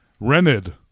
rented